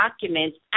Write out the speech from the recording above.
documents